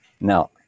now